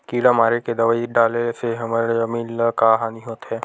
किड़ा मारे के दवाई डाले से हमर जमीन ल का हानि होथे?